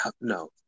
no